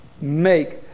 make